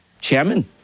chairman